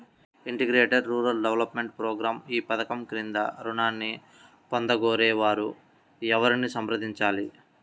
Integrated rural development program ఈ పధకం క్రింద ఋణాన్ని పొందగోరే వారు ఎవరిని సంప్రదించాలి?